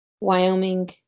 Wyoming